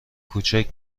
کوچک